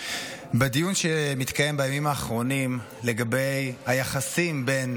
בדיון שמתקיים בימים האחרונים לגבי היחסים בין